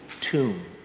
tomb